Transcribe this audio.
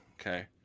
Okay